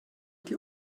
die